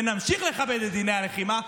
ונמשיך לכבד את דיני הלחימה,